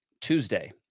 Tuesday